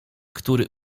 który